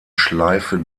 schleife